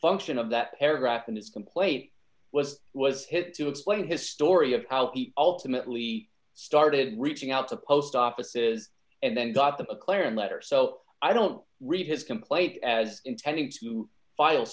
function of that paragraph and it's from plate was was hit to explain his story of how he ultimately started reaching out to post offices and then got the mclaren letter so i don't read his complaint as intending to file